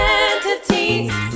entities